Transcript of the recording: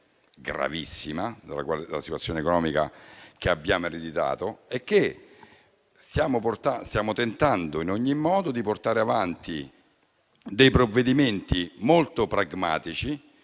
gravissima, cioè la situazione economica che abbiamo ereditato. Noi stiamo tentando in ogni modo di portare avanti dei provvedimenti molto pragmatici,